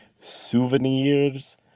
souvenirs